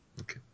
Okay